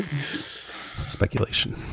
Speculation